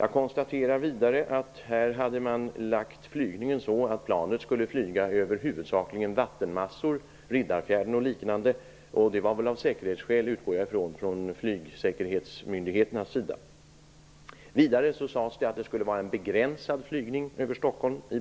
I det här fallet hade man planlagt flygningen så, att planet skulle flyga över huvudsakligen vattenmassor, Riddarfjärden och liknande. Jag utgår ifrån att detta var av säkerhetsskäl. Vidare sades det i beslutet från flygsäkerhetsmyndigheternas sida att det skulle vara en begränsad flygning över Stockholm.